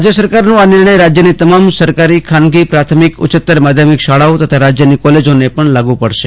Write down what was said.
રાજય સરકારનો આ નિર્ણય રાજયની તમામ સરકારી ખાનગી પ્રાથમિક ઉચ્યત્તર માધ્યમિક શાળાઓ તથા રાજયની કોલેજોને પણ લાગુ પડશે